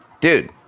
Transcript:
dude